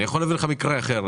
אני יכול להביא לך מקרה אחר,